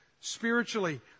spiritually